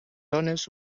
zones